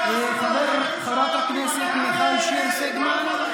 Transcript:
חברת הכנסת מיכל שיר סגמן,